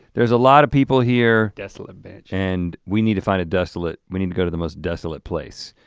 there's a lot of people here. desolate bench. and we need to find a desolate, we need to go to the most desolate place.